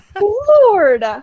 Lord